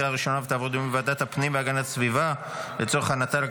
לוועדת הפנים והגנת הסביבה נתקבלה.